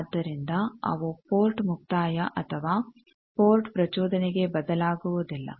ಆದ್ದರಿಂದ ಅವು ಪೋರ್ಟ್ ಮುಕ್ತಾಯ ಅಥವಾ ಪೋರ್ಟ್ ಪ್ರಚೋದನೆಗೆ ಬದಲಾಗುವುದಿಲ್ಲ